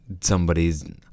somebody's –